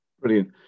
brilliant